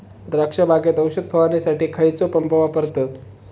द्राक्ष बागेत औषध फवारणीसाठी खैयचो पंप वापरतत?